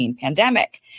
pandemic